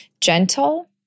gentle